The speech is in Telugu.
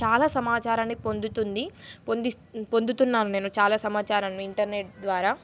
చాలా సమాచారాన్ని పొందుతుంది పొ పొందుతున్నాను నేను చాలా సమాచారాన్ని ఇంటర్నెట్ ద్వారా